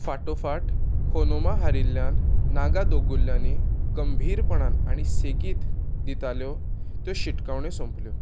फाटोफाट खोनुमा हारिल्ल्यान नागा दोंगुल्ल्यांनी गंभीरपणान आनी सेगीत दिताल्यो त्यो शिटकावण्यो सोंपल्यो